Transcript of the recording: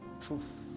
Truth